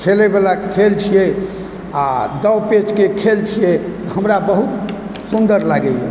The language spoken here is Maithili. खेलैवला खेल छियै आओर दाँव पैञ्चके खेल छियै हमरा बहुत सुन्दर लागैए